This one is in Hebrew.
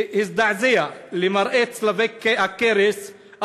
שהזדעזע למראה צלבי הקרס,